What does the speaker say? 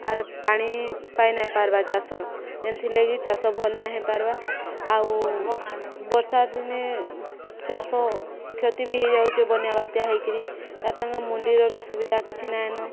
ଆର ପାଣି ପାଇ ନାଇଁ ପାର୍ବା ଚାଷ ଯେନ୍ତିର ଲାଗି ଚାଷ ଭଲ୍ ନାଇଁ ହେଇପାର୍ବା ଆଉ ବର୍ଷା ଦିନେ ଚାଷ କ୍ଷତି ବି ହେଇଯାଉଛେ ବନ୍ୟା ବାତ୍ୟା ହେଇକିରି ତାର୍ ସାଙ୍ଗେ ମୁଣ୍ଡିର ବି ସୁବିଧା କିଛି ନାଇଁନ